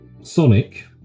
Sonic